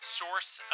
source